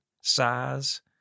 size